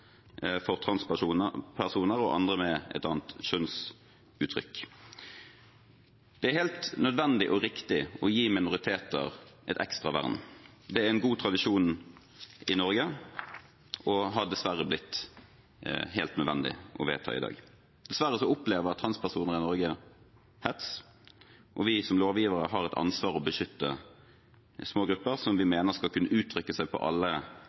for transpersoner og andre med et annet kjønnsuttrykk. Det er helt nødvendig og riktig å gi minoriteter et ekstra vern. Det er en god tradisjon i Norge og har dessverre blitt helt nødvendig å vedta i dag. Dessverre opplever transpersoner i Norge hets, og vi som lovgivere har et ansvar for å beskytte små grupper som vi mener skal kunne uttrykke seg på alle